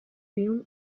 film